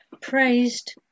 praised